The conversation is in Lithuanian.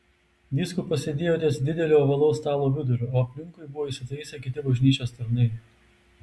vyskupas sėdėjo ties didelio ovalaus stalo viduriu o aplinkui buvo įsitaisę kiti bažnyčios tarnai